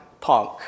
punk